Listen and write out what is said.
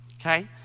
okay